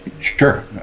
sure